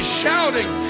shouting